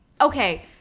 Okay